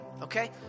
Okay